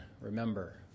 remember